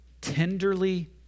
tenderly